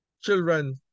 Children